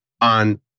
on